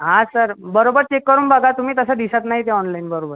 हां सर बरोबर चेक करून बघा तुम्ही तसं दिसत नाही ते ऑनलाईन बरोबर